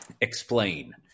explain